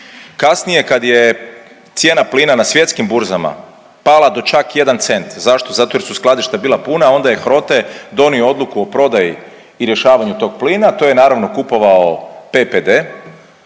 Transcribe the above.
Kasnije kad je cijena plina na svjetskim burzama pala do čak 1 cent, zašto? Zato jer su skladišta bila puna, onda je HROTE donio odluku o prodaji i rješavanju tog plina. To je naravno kupovao PPD